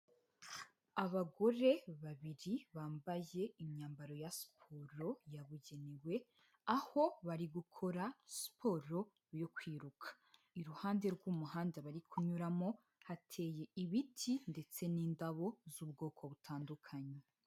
Abagore babiri bambaye imyambaro ya siporo yabugenewe aho bari gukora siporo yo kwiruka, iruhande rw'umuhanda bari kunyuramo hateye ibiti ndetse n'indabo z'ubwoko butandukanye.